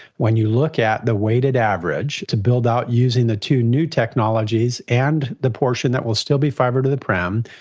when you look at the weighted average to build out using the two new technologies and the portion that will still be fibre-to-the-prem,